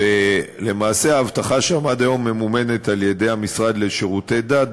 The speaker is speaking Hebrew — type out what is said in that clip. ולמעשה האבטחה שם עד היום ממומנת על-ידי המשרד לשירותי דת,